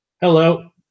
Hello